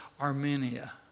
Armenia